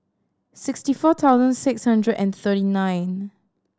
sixty four thousand six hundred and thirty nine